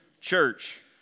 church